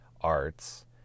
arts